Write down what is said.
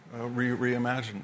reimagined